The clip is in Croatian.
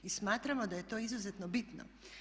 I smatramo da je to izuzetno bitno.